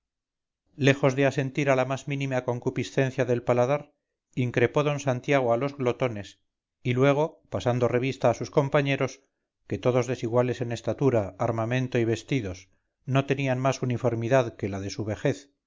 lejos de asentir a la más mínima concupiscencia del paladar increpó d santiago a los glotones y luego pasando revista a sus compañeros que todos desiguales en estatura armamento y vestido no tenían más uniformidad que la de su vejez